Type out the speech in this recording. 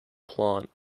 plant